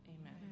Amen